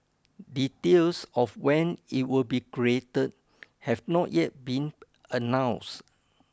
details of when it will be created have not yet been announced